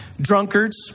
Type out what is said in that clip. Drunkards